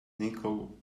nicole